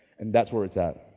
and that's where it's at.